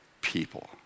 people